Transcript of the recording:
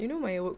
you know my work